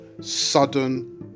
Sudden